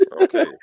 okay